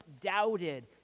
doubted